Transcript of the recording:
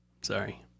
Sorry